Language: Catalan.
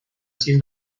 sis